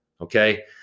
Okay